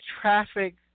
traffic